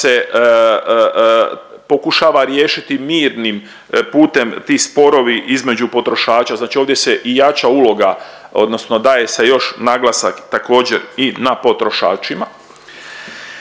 da se pokušava riješiti mirnim putem ti sporovi između potrošača. Znači ovdje se i jača uloga odnosno daje se još naglasak također i na potrošačima.